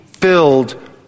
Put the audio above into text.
filled